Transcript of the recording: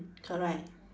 correct